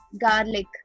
garlic